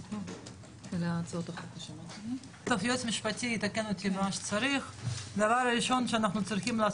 היועץ המשפטי יתקן אותי במה שצריך זאת פרוצדורה,